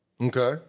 Okay